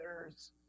others